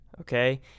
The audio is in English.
Okay